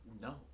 no